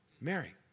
Mary